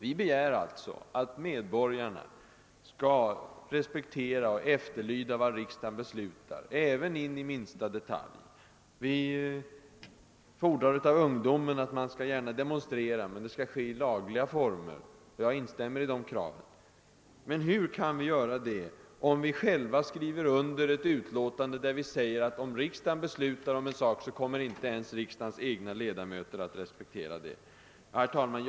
Vi begär att medborgarna skall respektera och rätta sig efter vad riksdagen beslutar in i minsta detalj; vi fordrar av ungdomen att den inte skall demonstrera annat än i lagliga former. Det är krav som jag helt instämmer i. Men hur kan vi göra det samtidigt som vi själva skriver under ett utlåtande, där det sägs att om riksdagen beslutar i denna sak, kommer inte ens riksdagens egna ledamöter att respektera förbudet? Herr talman!